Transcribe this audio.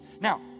Now